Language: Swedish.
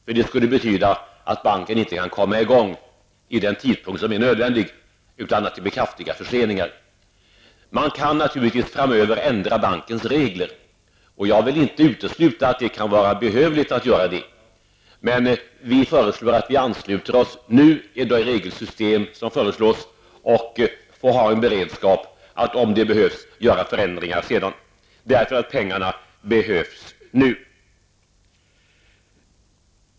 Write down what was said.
Det skulle nämligen betyda att banken inte kan komma i gång vid den tidpunkt som är nödvändig, utan det skulle bli kraftiga förseningar. Man kan naturligtvis framöver ändra bankens regler. Och jag vill inte utesluta att det kan vara behövligt. Men vi föreslår att Sverige ansluter sig nu till det regelsystem som föreslås, och vi får ha en beredskap att om det behövs göra förändringar sedan, eftersom pengarna behövs nu.